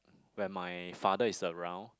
when my father is around